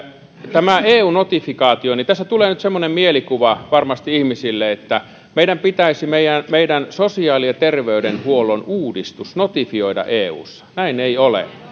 tämä eu notifikaatio tässä tulee nyt varmasti semmoinen mielikuva ihmisille että meidän pitäisi meidän sosiaali ja terveydenhuollon uudistus notifioida eussa näin ei ole